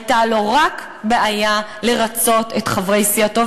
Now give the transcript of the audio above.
הייתה לו רק בעיה לרצות את חברי סיעתו.